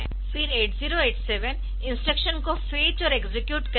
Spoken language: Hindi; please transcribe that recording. फिर 8087 इंस्ट्रक्शन को फेच और एक्सेक्यूट करेगा